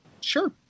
Sure